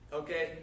okay